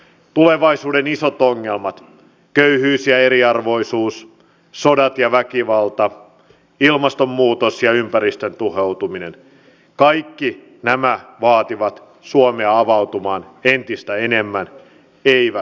tulevaisuuden isot ongelmat köyhyys ja eriarvoisuus sodat ja väkivalta ilmastonmuutos ja ympäristön tuhoutuminen kaikki nämä vaativat suomea avautumaan entistä enemmän eivät sulkeutumaan